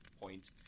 point